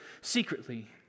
secretly